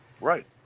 Right